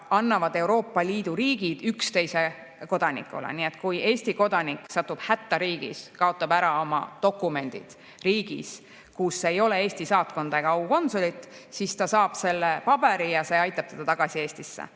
annavad Euroopa Liidu riigid üksteise kodanikele. Nii et kui Eesti kodanik satub hätta riigis, kaotab ära oma dokumendid riigis, kus ei ole Eesti saatkonda ega aukonsulit, siis ta saab selle paberi ja see aitab teda tagasi Eestisse.